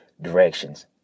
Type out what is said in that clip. directions